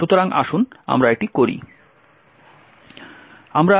সুতরাং আসুন আমরা এটি করি